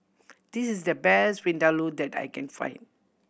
this is the best Vindaloo that I can find